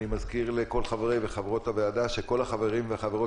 אני מזכיר לכל חברי וחברות הוועדה שכל החברים והחברות